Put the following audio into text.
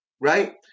Right